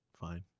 Fine